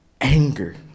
Anger